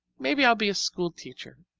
maybe i'll be a school-teacher.